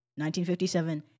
1957